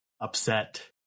upset